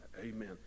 amen